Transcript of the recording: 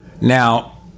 Now